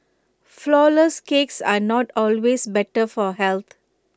Flourless Cakes are not always better for health